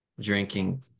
drinking